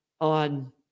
on